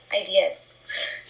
ideas